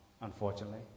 unfortunately